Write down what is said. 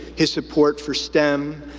his support for stem,